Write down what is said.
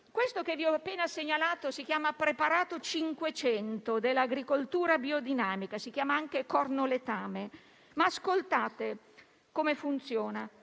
Questo che vi ho appena segnalato si chiama preparato 500 dell'agricoltura biodinamica (detto anche cornoletame). Ascoltate come funziona.